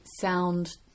sound